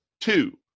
Two